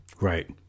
Right